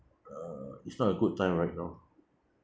uh it's not a good time right now